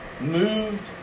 moved